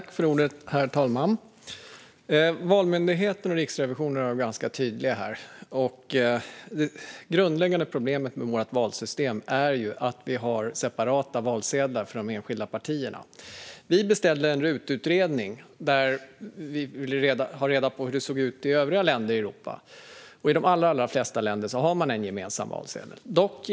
Herr talman! Valmyndigheten och Riksrevisionen har varit ganska tydliga här. Det grundläggande problemet med vårt valsystem är ju att vi har separata valsedlar för de enskilda partierna. Vi beställde en RUT-utredning, då vi ville ta reda på hur det ser ut i övriga länder i Europa. I de allra flesta länder har man en gemensam valsedel.